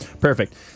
Perfect